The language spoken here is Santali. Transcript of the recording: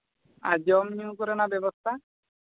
ᱟᱨ ᱡᱚᱢᱼᱧᱩ ᱠᱚᱨᱮᱱᱟᱜ ᱵᱮᱵᱚᱥᱛᱷᱟ